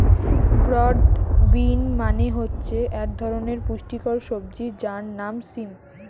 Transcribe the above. broad bean মানে হচ্ছে এক ধরনের পুষ্টিকর সবজি যার নাম সিম